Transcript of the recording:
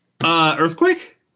Earthquake